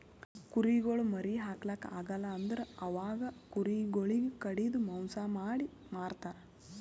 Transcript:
ಕುರಿಗೊಳ್ ಮರಿ ಹಾಕ್ಲಾಕ್ ಆಗಲ್ ಅಂದುರ್ ಅವಾಗ ಕುರಿ ಗೊಳಿಗ್ ಕಡಿದು ಮಾಂಸ ಮಾಡಿ ಮಾರ್ತರ್